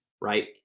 right